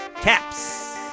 caps